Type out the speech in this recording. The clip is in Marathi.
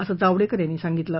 असं जावडेकर त्यांनी सांगितलं